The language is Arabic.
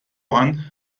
عنه